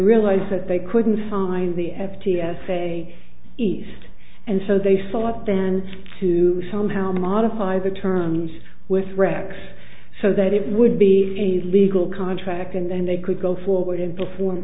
realized that they couldn't find the f t s say east and so they sought then to somehow modify the terms with rex so that it would be a legal contract and then they could go forward and perform